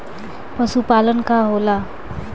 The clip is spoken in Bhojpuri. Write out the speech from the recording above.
पशुपलन का होला?